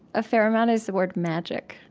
a fair amount, is the word magic.